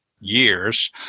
years